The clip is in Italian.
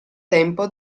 tempo